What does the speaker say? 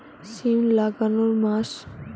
সিম লাগানোর মাস?